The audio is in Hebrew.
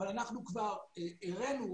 אבל אנחנו כבר הראינו,